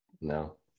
No